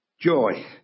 joy